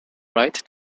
right